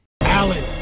Alan